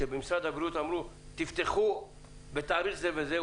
מילא את המחסנים כשאמרו במשרד הבריאות שאפשר לפתוח בתאריך זה וזה,